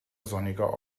sonniger